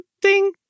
ding